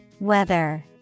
Weather